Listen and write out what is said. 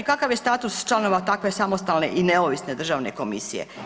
Kakav je status članova takve samostalne i neovisne državne komisije?